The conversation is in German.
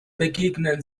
begegnen